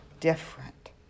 different